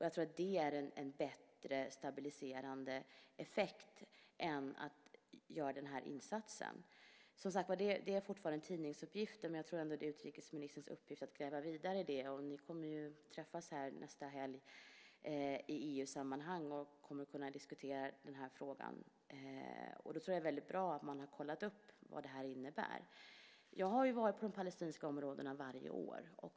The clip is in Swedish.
Jag tror att det har en bättre stabiliserande effekt än den här insatsen. Det är fortfarande tidningsuppgifter, men jag tror ändå att det är utrikesministerns uppgift att gräva vidare i det. Ni kommer ju att träffas nästa helg i EU-sammanhang och diskutera den här frågan. Det är bra att man då har kollat upp vad det här innebär. Jag har ju varit på de palestinska områdena varje år.